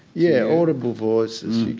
yeah, audible voices,